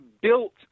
built –